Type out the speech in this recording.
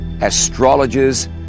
astrologers